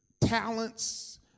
talents